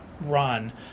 run